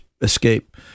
Escape